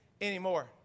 anymore